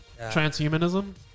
transhumanism